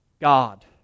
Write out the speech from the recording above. God